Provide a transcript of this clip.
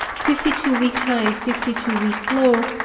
fifty two week high, fifty two week low.